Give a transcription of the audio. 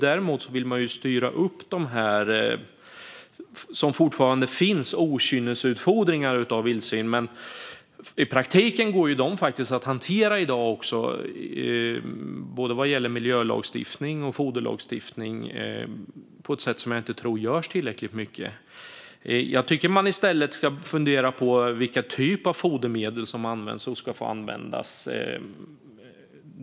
Däremot vill man styra upp de okynnesutfodringar av vildsvin som fortfarande finns. Men i praktiken går de faktiskt att hantera i dag, både genom miljölagstiftning och foderlagstiftning. Jag tror inte att det görs i tillräcklig utsträckning. Jag tycker att man i stället ska fundera på vilken typ av fodermedel som ska få användas.